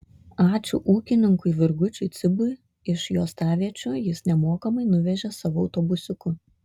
ačiū ūkininkui virgučiui cibui iš juostaviečių jis nemokamai nuvežė savo autobusiuku